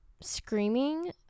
screaming